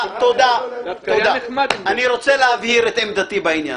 אני רוצה להבהיר את עמדתי בעניין.